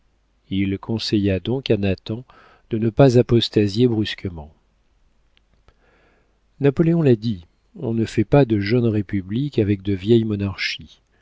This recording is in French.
il conseilla donc à nathan de ne pas apostasier brusquement napoléon l'a dit on ne fait pas de jeunes républiques avec de vieilles monarchies